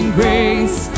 grace